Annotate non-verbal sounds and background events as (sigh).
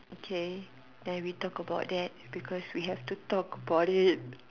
okay then we talk about that because we have to talk about it (noise)